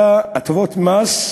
בשטח כבוש, הטבות מס,